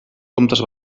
comptes